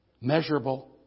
Measurable